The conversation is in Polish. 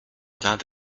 nad